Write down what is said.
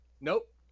Nope